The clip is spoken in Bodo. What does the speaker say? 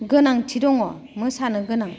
गोनांथि दङ मोसानो गोनां